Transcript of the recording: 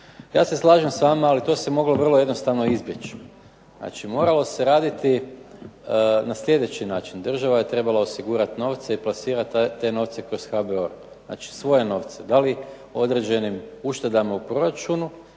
Ja se slažem s vama, ali to se moglo vrlo jednostavno izbjeći. Znači moralo se raditi na sljedeći način, država je trebala osigurati novce i plasirati te novce kroz HBOR. Znači svoje novce da li određenim uštedama u proračunu